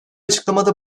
açıklamada